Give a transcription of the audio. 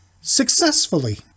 successfully